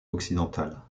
occidental